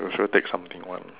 will sure take something one